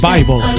Bible